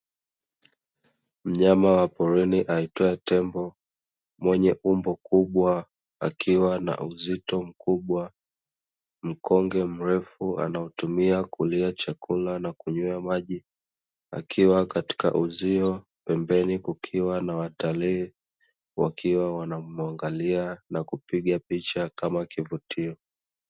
Mnyama wa porini aitwaye tembo, mwenye umbo kubwa, akiwa na uzito mkubwa, mkonge mrefu anautumia kulia chakula na kunywea maji, akiwa katika uzio. Pembeni kukiwa na watalii, wakiwa wanamuangalia na kupiga picha kama kivutio.